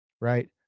right